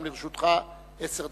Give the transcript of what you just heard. גם לרשותך עשר דקות.